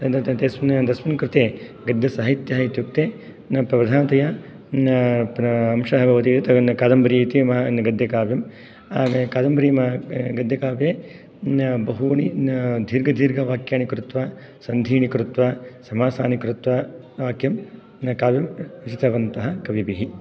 तस्मिन् कृते गद्यसाहित्यः इत्युक्ते न प्रधानतया न प्रशंसाः भवति न कादम्बरी इति महान् गद्यकाव्यं कादम्बरी गद्यकाव्ये न बहूनि न दीर्घदीर्घवाक्यानि कृत्वा सन्धिं कृत्वा समासानि कृत्वा किं न काव्यं रचितवन्तः कविभिः